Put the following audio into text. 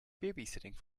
babysitting